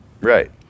right